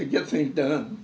to get things done